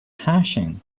hashing